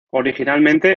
originalmente